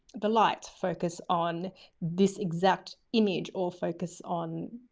the light, focus on this exact image or focus on,